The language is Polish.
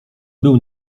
był